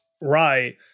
right